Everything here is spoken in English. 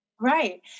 Right